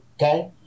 Okay